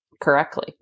correctly